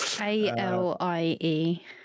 A-L-I-E